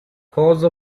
cause